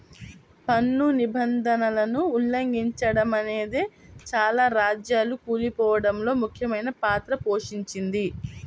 పన్ను నిబంధనలను ఉల్లంఘిచడమనేదే చాలా రాజ్యాలు కూలిపోడంలో ముఖ్యమైన పాత్ర పోషించింది